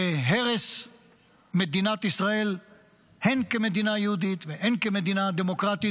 זה מתכון להרס מדינת ישראל הן כמדינה יהודית והן כמדינה דמוקרטית,